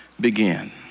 begin